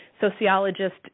sociologist